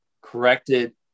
corrected